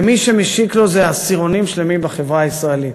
ומי שמשיק לו זה עשירונים שלמים בחברה הישראלית,